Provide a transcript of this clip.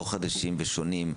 לא חדשים ושונים,